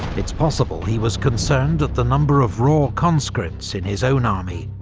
it's possible he was concerned at the number of raw conscripts in his own army,